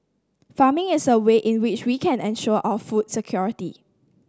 farming is a way in which we can ensure our food security